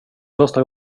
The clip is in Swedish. första